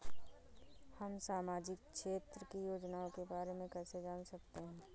हम सामाजिक क्षेत्र की योजनाओं के बारे में कैसे जान सकते हैं?